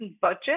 budget